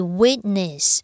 witness